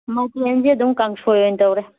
ꯃꯊꯦꯟꯁꯦ ꯑꯗꯨꯝ ꯀꯥꯡꯁꯣꯏ ꯑꯣꯏꯅ ꯇꯧꯔꯦ